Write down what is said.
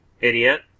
idiot